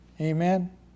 Amen